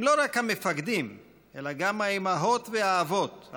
לא רק המפקדים אלא גם האימהות והאבות,